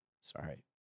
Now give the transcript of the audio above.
Sorry